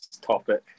topic